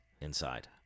Inside